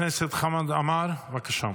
חבר הכנסת חמד עמאר, בבקשה.